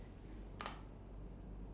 it's like nothing going on